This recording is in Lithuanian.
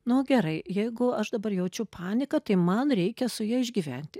nu gerai jeigu aš dabar jaučiu paniką tai man reikia su ja išgyventi